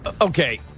Okay